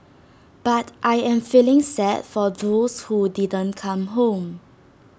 but I am feeling sad for those who didn't come home